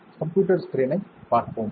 computer ஸ்க்ரீனைப் பார்ப்போம்